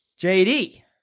JD